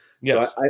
Yes